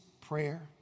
prayer